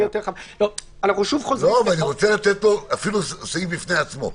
אני רוצה לתת אפילו סעיף בפני עצמו.